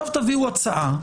תביאו הצעה.